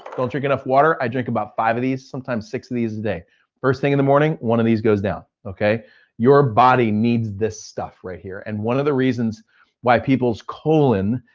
don't drink enough water, i drink about five of these, sometimes, six of these a day. first thing in the morning, one of these goes down. your body needs this stuff right here and one of the reasons why people's colon,